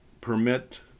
permit